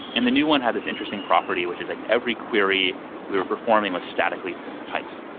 and the new one had this interesting property, which is like every query we're performing was statically types.